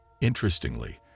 Interestingly